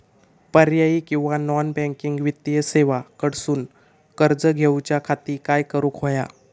पर्यायी किंवा non banking वित्तीय सेवा कडसून कर्ज घेऊच्या खाती काय करुक होया?